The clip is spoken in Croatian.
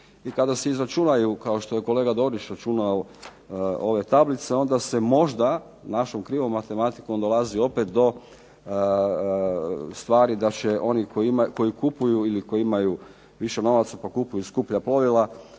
I kada se izračunaju kao što je kolega Dorić računao ove tablice onda se možda našom krivom matematikom dolazi opet do stvari da će oni koji kupuju ili koji imaju više novaca ili kupuju skuplja plovila,